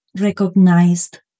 recognized